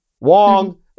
wong